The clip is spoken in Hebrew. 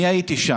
ארבעה חודשים.